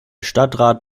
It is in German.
stadtrat